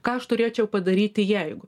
ką aš turėčiau padaryti jeigu